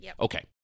Okay